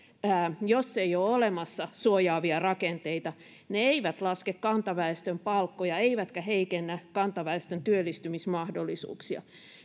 niin jos ei ole olemassa suojaavia rakenteita ne eivät laske kantaväestön palkkoja eivätkä heikennä kantaväestön työllistymismahdollisuuksia